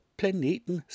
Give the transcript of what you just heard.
planeten